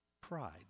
pride